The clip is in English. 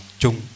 chung